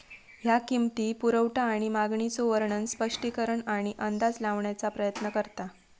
ह्या किंमती, पुरवठा आणि मागणीचो वर्णन, स्पष्टीकरण आणि अंदाज लावण्याचा प्रयत्न करता